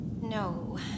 No